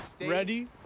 Ready